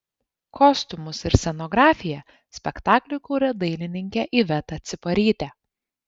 kostiumus ir scenografiją spektakliui kūrė dailininkė iveta ciparytė